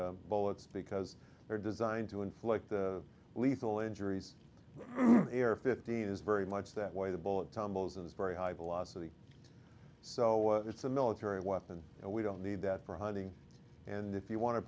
velocity bullets because they are designed to inflict the lethal injuries air fifteen is very much that way the bullet tumbles and is very high velocity so it's a military weapon and we don't need that for hunting and if you want to